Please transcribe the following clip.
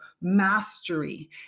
mastery